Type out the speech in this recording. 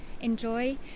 enjoy